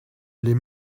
les